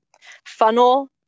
funnel